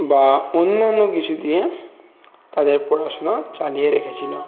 বা অন্যান্য কিছু দিয়ে তাদের পড়াশুনা চালিয়ে রেখেছিল